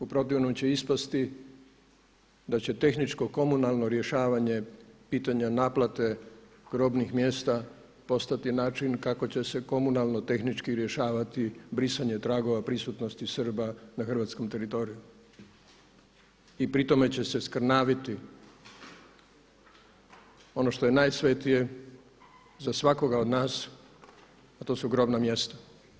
U protivnom će ispasti da će tehničko-komunalno rješavanje pitanja naplate grobnih mjesta postati način kako će se komunalno-tehnički rješavati brisanje tragova prisutnosti Srba na hrvatskom teritoriju i pri tome će se skrnaviti ono što je najsvetije za svakoga od nas, a to su grobna mjesta.